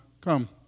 Come